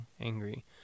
angry